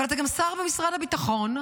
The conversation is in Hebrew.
אבל אתה גם שר במשרד הביטחון,